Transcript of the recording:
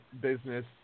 business